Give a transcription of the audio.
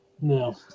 no